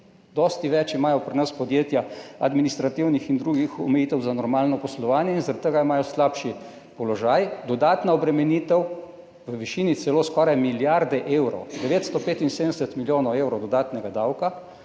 dosti več imajo pri nas podjetja administrativnih in drugih omejitev za normalno poslovanje in zaradi tega imajo slabši položaj, dodatna obremenitev v višini skoraj milijarde evrov, 975 milijonov evrov dodatnega davka